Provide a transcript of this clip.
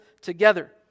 together